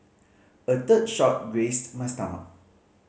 a third shot grazed my stomach